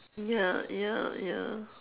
ya ya ya